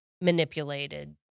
manipulated